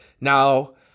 Now